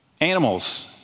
animals